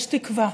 יש תקווה.